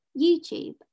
YouTube